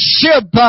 ship